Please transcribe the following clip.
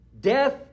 Death